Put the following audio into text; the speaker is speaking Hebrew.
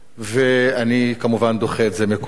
ואני כמובן דוחה את זה מכול וכול.